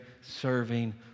serving